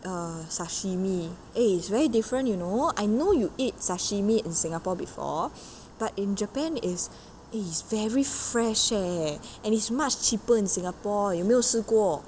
err sashimi eh is very different you know I know you eat sashimi in singapore before but in japan is eh it's very fresh eh and is much cheaper in singapore 有没有试过